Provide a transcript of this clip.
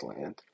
land